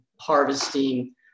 harvesting